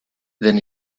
then